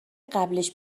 قبلش